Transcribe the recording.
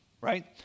right